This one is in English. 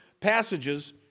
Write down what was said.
passages